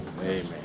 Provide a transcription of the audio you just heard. Amen